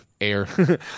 Air